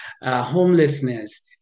homelessness